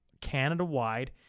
Canada-wide